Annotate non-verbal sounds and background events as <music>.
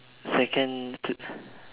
second <noise>